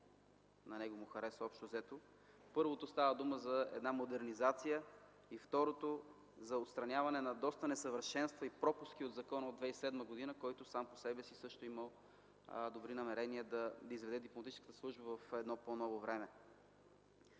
на него му харесва. Първо, става дума за една модернизация. И второ, за отстраняване на доста несъвършенства и пропуски в закона от 2007 г., който сам по себе си също е имал добри намерения да изведе дипломатическата служба в едно по-ново време.